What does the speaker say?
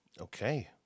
Okay